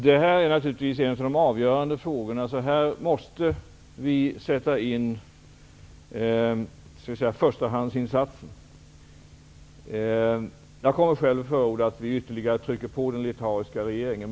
Detta är en av de avgörande frågorna. Här måste vi sätta in förstahandsinsatser. Jag kommer själv att förorda att vi ytterligare trycker på den litauiska regeringen.